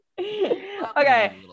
Okay